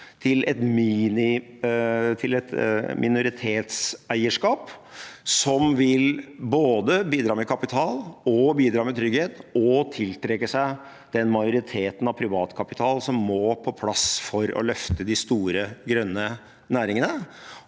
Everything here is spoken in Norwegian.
til et minoritetseierskap som både vil bidra med kapital og trygghet og tiltrekke seg den majoriteten av privat kapital som må på plass for å løfte de store, grønne næringene.